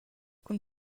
cun